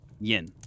Yin